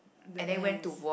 the ants